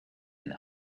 and